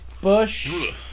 Bush